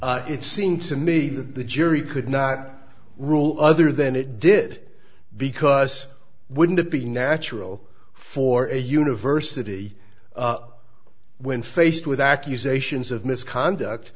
it seemed to me that the jury could not rule other than it did because wouldn't it be natural for a university when faced with accusations of misconduct